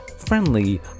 friendly